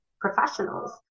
professionals